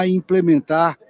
implementar